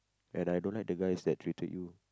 and I don't like the guys that treated you